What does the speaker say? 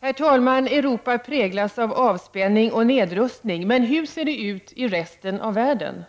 Herr talman! Europa präglas av avspänning och nedrustning, men hur ser det ut i resten av världen?